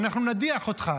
אנחנו נדיח אותך.